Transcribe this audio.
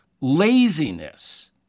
laziness